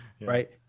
Right